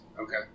Okay